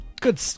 good